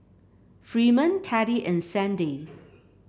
Freeman Teddy and Sandi